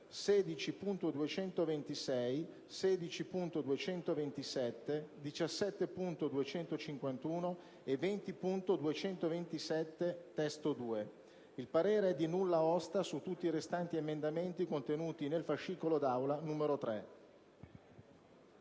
Il parere è di nulla osta su tutti i restanti emendamenti contenuti nel fascicolo d'Aula n. 3».